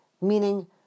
Meaning